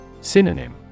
Synonym